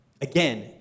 Again